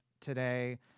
today